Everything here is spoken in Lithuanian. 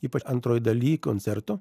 ypač antroj daly koncerto